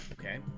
okay